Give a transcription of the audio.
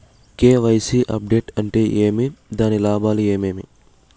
KYC update అంటే ఏమి? దాని లాభాలు ఏమేమి?